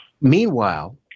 meanwhile